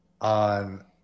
on